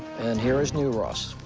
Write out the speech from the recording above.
and here is new ross.